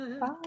Bye